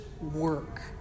work